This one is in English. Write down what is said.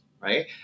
right